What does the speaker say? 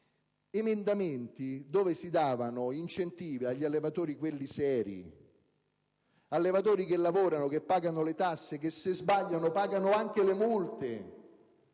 emendamenti con i quali si riconoscevano incentivi agli allevatori seri, ad allevatori che lavorano, che pagano le tasse, che se sbagliano pagano anche le multe.